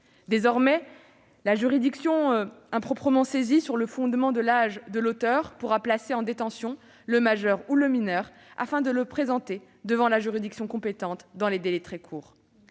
Désormais, la juridiction improprement saisie sur le fondement de l'âge de l'auteur pourra placer en détention le majeur ou le mineur, afin de le présenter devant la juridiction compétente dans des délais très courts.